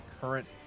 current